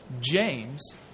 James